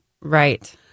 Right